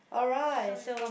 alright so